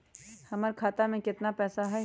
हमर खाता में केतना पैसा हई?